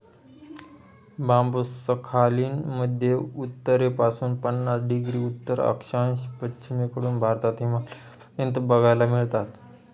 बांबु Sakhalin मध्ये उत्तरेपासून पन्नास डिग्री उत्तर अक्षांश, पश्चिमेकडून भारत, हिमालयापर्यंत बघायला मिळतात